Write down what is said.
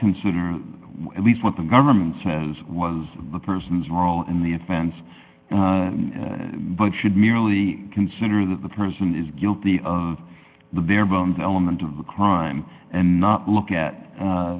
consider at least what the government says was the person's role in the offense but should merely consider that the person is guilty of the bare bones element of the crime and not look